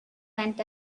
went